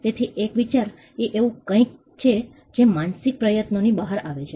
તેથી એક વિચાર એ એવું કંઈક છે જે માનસિક પ્રયત્નોથી બહાર આવે છે